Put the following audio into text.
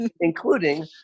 Including